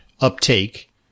uptake